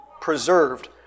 preserved